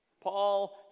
Paul